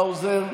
האוזר,